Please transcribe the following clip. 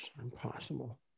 impossible